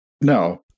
No